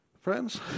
Friends